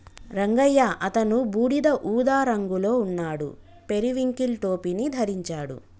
రంగయ్య అతను బూడిద ఊదా రంగులో ఉన్నాడు, పెరివింకిల్ టోపీని ధరించాడు